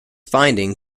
finding